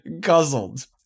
guzzled